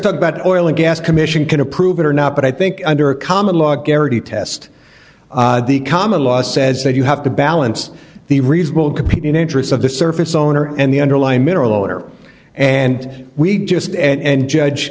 talk about oil and gas commission can approve it or not but i think under a common law guarantee test the common law says that you have to balance the reasonable competing interests of the surface owner and the underlying mineral owner and we just and judge